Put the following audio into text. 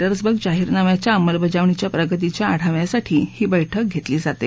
अअंबर्ग जाहिरनाम्याच्या अंमलबजावणीच्या प्रगतीच्या आढाव्यासाठी ही बैठक घेतली जाते